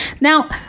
Now-